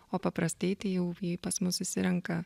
o paprastai tai jau pas mus susirenka